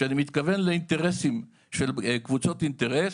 כשאני מדבר על אינטרסים של קבוצות אינטרס,